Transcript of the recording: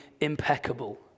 impeccable